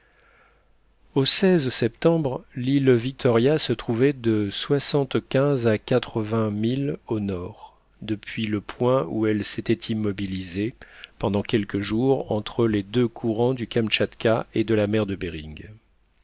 au septembre l'île victoria se trouvait de soixante-quinze à quatre-vingts milles au nord depuis le point où elle s'était immobilisée pendant quelques jours entre les deux courants du kamtchatka et de la mer de behring